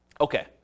Okay